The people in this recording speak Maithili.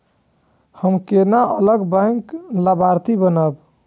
हम केना अलग बैंक लाभार्थी बनब?